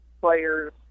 players